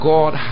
God